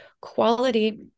quality